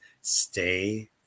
stay